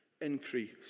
increase